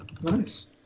nice